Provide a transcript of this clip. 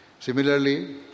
Similarly